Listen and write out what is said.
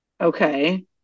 okay